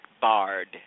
bard